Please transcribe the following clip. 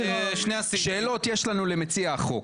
יש לנו שאלות למציע החוק,